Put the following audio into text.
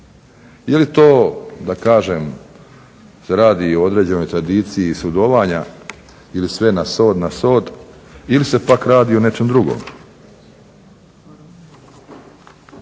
Je li to da kažem se radi o određenoj tradiciji sudjelovanja ili sve na sod, na sod ili se pak radi o nečem drugom.